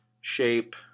shape